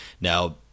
Now